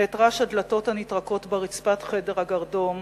ואת רעש הדלתות הנטרקות ברצפת חדר הגרדום,